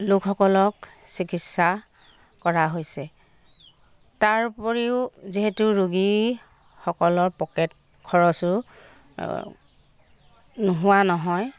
লোকসকলক চিকিৎচা কৰা হৈছে তাৰ উপৰিও যিহেতু ৰোগীসকলৰ পকেট খৰচো নোহোৱা নহয়